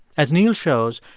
as neil shows,